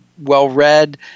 well-read